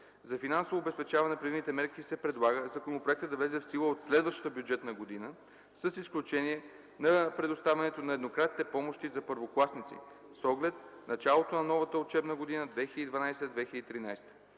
За финансово обезпечаване на предвидените мерки се предлага законопроектът да влезе в сила от следващата бюджетна година, с изключение на предоставянето на еднократните помощи за първокласници, с оглед началото на новата учебна година 2012/2013.